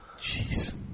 Jeez